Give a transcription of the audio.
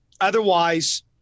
Otherwise